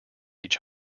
each